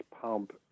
pump